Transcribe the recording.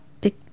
big